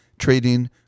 trading